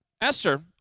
Esther